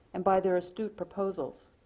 and by their astute proposals.